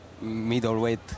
middleweight